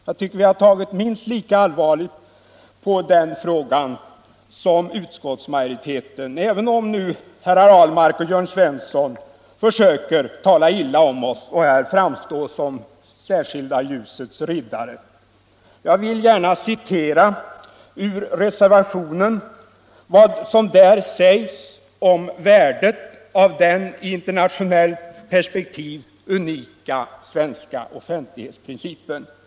Jag tycker vi har tagit minst lika allvarligt på den som utskottsmajoriteten, även om herrar Ahlmark och Jörn Svensson försöker tala illa om oss för att själva framstå som särskilda ljusets riddare. Jag vill gärna citera vad som sägs i reservationen om värdet av den ur internationellt perspektiv unika svenska offentlighetsprincipen.